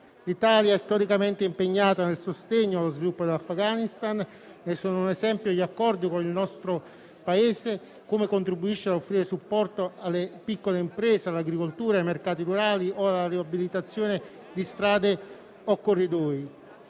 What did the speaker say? L'Italia è storicamente impegnata nel sostegno allo sviluppo dell'Afghanistan; ne sono un esempio gli accordi con il nostro Paese, che contribuisce a offrire supporto alle piccole imprese, all'agricoltura ai mercati rurali o la riabilitazione di strade o corridoi.